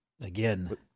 Again